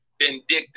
vindictive